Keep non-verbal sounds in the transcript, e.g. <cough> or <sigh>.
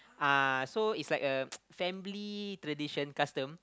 ah so it's like a <noise> family tradition custom